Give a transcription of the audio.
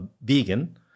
vegan